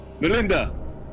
Melinda